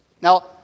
Now